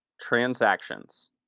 transactions